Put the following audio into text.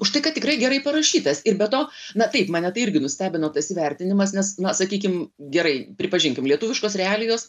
už tai kad tikrai gerai parašytas ir be to na taip mane tai irgi nustebino tas įvertinimas nes na sakykim gerai pripažinkim lietuviškos realijos